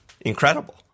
incredible